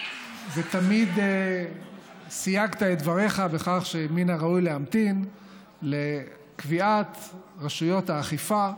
ותמיד סייגת את דבריך בכך שמן הראוי להמתין לקביעת רשויות האכיפה.